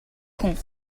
хүн